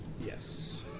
Yes